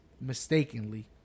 mistakenly